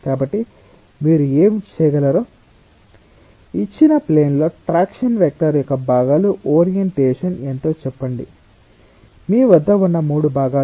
కాబట్టి మీరు ఏమి చేయగలరో ఇచ్చిన ప్లేన్ లో ట్రాక్షన్ వెక్టర్ యొక్క భాగాలు ఓరియంటేషన్ n తో చెప్పండి మీ వద్ద ఉన్న మూడు భాగాలు